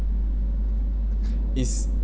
is